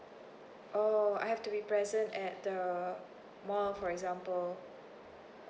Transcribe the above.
oh I have to be present at the mall for example